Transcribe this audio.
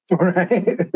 Right